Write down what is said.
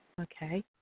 Okay